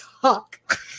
talk